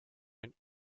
einen